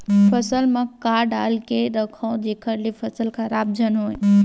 फसल म का डाल के रखव जेखर से फसल खराब झन हो?